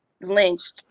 lynched